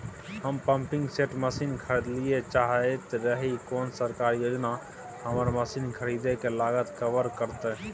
हम pumping set मसीन खरीदैय ल चाहैत रही कोन सरकारी योजना हमर मसीन खरीदय के लागत कवर करतय?